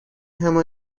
همان